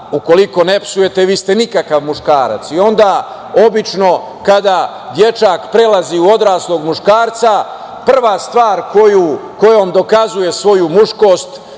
ukoliko ne psujete vi ste nikakav muškarac. Onda obično kada dečak prelazi u odraslog muškarca, prva stvar kojom dokazuje svoju muškost